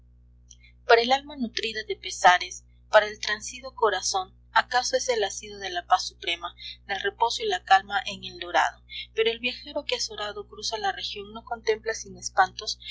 para el alma nutrida de pesares para el transido corazón acaso es el asilo de la paz suprema del reposo y la calma en eldorado pero el viajero que azorado cruza la región no contempla sin espantos